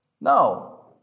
No